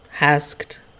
asked